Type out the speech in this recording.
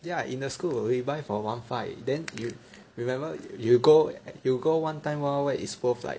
ya in the school we buy for one five then you remember you you go you go one time wild wild wet is worth like